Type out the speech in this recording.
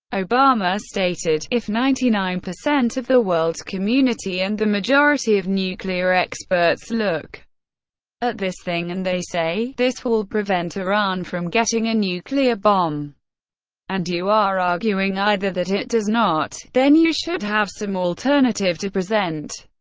obama stated if ninety nine percent of the world's community and the majority of nuclear experts look at this thing and they say this will prevent iran from getting a nuclear bomb and you are arguing either that it does not. then you should have some alternative to present.